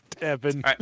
Evan